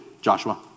Joshua